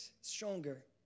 stronger